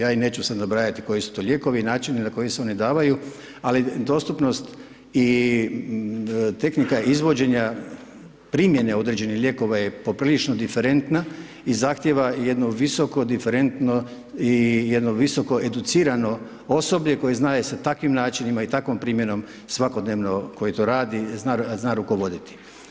Ja neću sada nabrajati koji su to lijekovi i načini na koji se oni davaju, ali dostupno st i tehnika izvođenja primjene određenih lijekova je poprilično diferentna i zahtjeva jedno visoko diferentno i visoko educirano osoblje, koji znaju sa takvim načinima i takvom primjenom svakodnevno koji to radi zna rukovoditi.